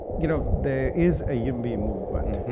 you know there is a yimby movement.